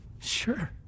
Sure